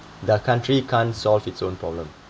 the country can't solve its own problem